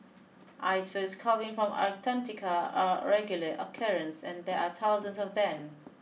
icebergs calving from Antarctica are a regular occurrence and there are thousands of them